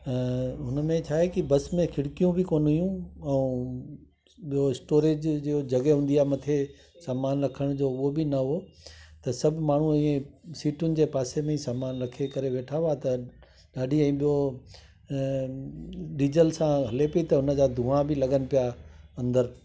ऐं हुनमें छा आहे कि बस में खिड़कियूं बि कोनि हुयूं ऐं ॿियों स्टोरेज जो जॻह हूंदी आहे मथे सामान रखण जो उहा बि न हुओ त सभु माण्हू ईअं सीटियुनि जे पासे में ई सामान रखी करे वेठा हुआ त ॾाढी ऐं ॿियों डीजल सां हले पई त हुन जा धुआ बि लॻनि पिया अंदरु